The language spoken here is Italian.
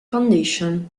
foundation